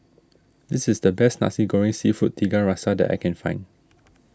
this is the best Nasi Goreng Seafood Tiga Rasa that I can find